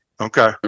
Okay